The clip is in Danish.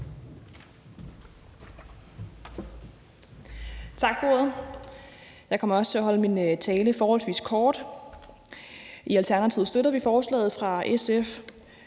Tak for ordet. Jeg kommer også til at holde en forholdsvis kort tale. I Alternativet støtter vi forslaget fra SF.